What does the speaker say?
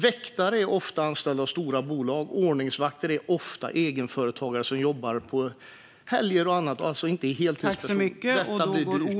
Väktare är ofta anställda av stora bolag. Ordningsvakter är ofta egenföretagare som jobbar på helger och annat. De är alltså inte heltidspersonal. Detta blir dyrt.